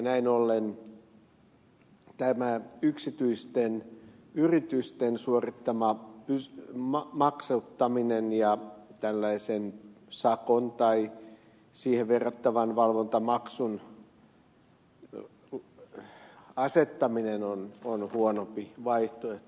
näin ollen tämä yksityisten yritysten suorittama maksattaminen ja tällaisen sakon tai siihen verrattavan valvontamaksun asettaminen on huonompi vaihtoehto